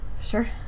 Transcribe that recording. Sure